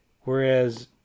Whereas